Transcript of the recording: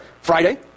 Friday